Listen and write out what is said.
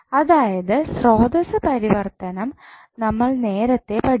അതായത് സോതസ്സ് പരിവർത്തനം നമ്മൾ നേരത്തെ പഠിച്ചത്